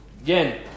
Again